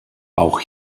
auch